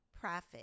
profit